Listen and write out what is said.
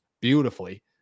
beautifully